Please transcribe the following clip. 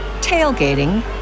tailgating